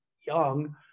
young